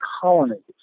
colonies